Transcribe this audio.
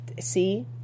see